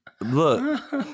Look